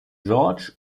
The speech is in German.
george